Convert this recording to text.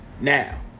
Now